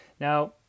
Now